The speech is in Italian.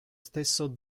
stesso